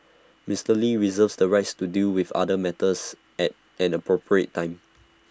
Mister lee reserves the right to deal with other matters at an appropriate time